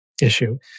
issue